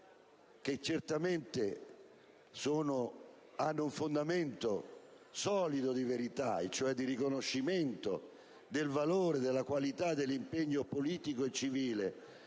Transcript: che certamente hanno un fondamento solido di verità - e cioè di riconoscimento del valore della qualità dell'impegno politico e civile